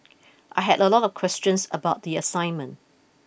I had a lot of questions about the assignment